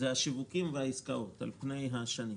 זה השיווקים והעסקאות על פני השנים.